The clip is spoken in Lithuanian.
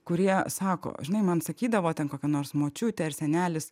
kurie sako žinai man sakydavo ten kokia nors močiutė ar senelis